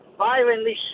Violently